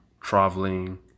traveling